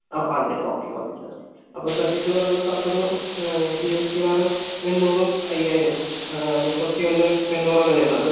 ആ ആ അതെ അല്ലെ ഓക്കെ ഓക്കെ സാർ അപ്പോൾ തെർട്ടി ടു പറയുമ്പോൾ സാർക്ക് ഒരു ഇരുപത്തിയാറ് എണ്ണൂറും അയ്യായിരം മുപ്പത്തിയൊന്ന് എണ്ണൂറ് ആണ് വരണത്